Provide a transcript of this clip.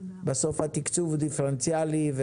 בסוף התקצוב הוא דיפרנציאלי.